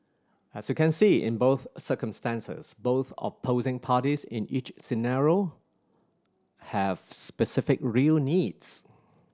as you can see in both circumstances both opposing parties in each scenario have specific real needs